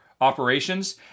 operations